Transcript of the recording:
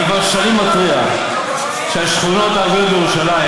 אני כבר שנים מתריע שהשכונות הערביות בירושלים,